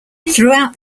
throughout